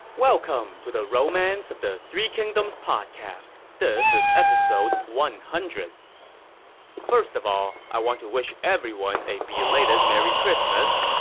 welcome to the romance of the three kingdoms podcast. this is episode one hundred point first of all, i want to wish everyone a belated merry christmas.